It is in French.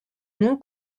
nom